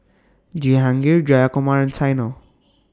Jehangirr Jayakumar and Saina